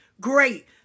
great